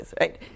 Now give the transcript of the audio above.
right